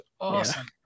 awesome